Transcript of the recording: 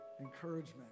encouragement